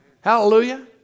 Hallelujah